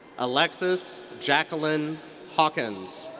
alexis jacqueline hawkins.